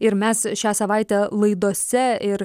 ir mes šią savaitę laidose ir